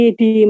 di